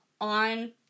on